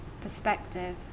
perspective